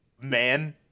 man